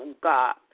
God